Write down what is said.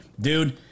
dude